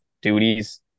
duties